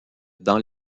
dans